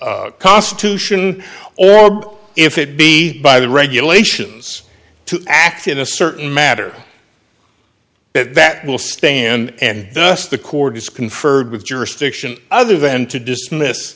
by constitution or if it be by the regulations to act in a certain matter that that will stand and thus the court has conferred with jurisdiction other than to dismiss